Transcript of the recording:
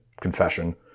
confession